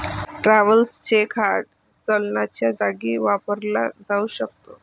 travellers cheque hard चलनाच्या जागी वापरला जाऊ शकतो